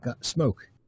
smoke